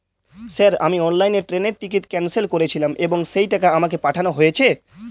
Sir আমি অনলাইনে ট্রেনের টিকিট ক্যানসেল করেছিলাম এবং সেই টাকা আমাকে পাঠানো হয়েছে?